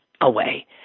away